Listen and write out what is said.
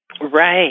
Right